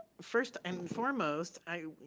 first um and foremost i,